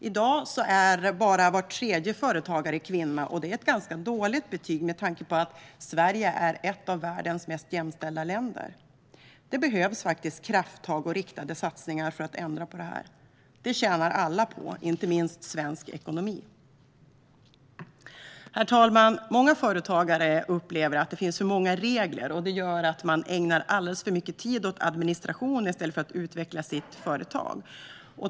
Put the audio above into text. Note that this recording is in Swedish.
I dag är bara var tredje företagare kvinna, och det är ett ganska dåligt betyg med tanke på att Sverige är ett av världens mest jämställda länder. Det behövs krafttag och riktade satsningar för att ändra på det här. Det tjänar alla på, inte minst svensk ekonomi. Herr talman! Många företagare upplever att det finns för många regler, vilket gör att man ägnar alldeles för mycket tid åt administration i stället för åt att utveckla sitt företag.